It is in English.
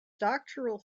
doctoral